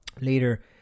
later